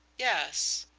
yes.